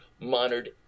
monitored